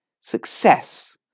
success